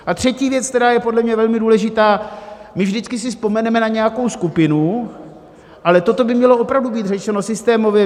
A třetí věc, která je podle mě velmi důležitá my si vždycky vzpomeneme na nějakou skupinu, ale toto by mělo opravdu být řešeno systémově.